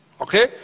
Okay